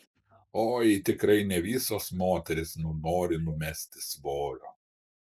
oi tikrai ne visos moterys nori numesti svorio